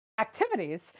activities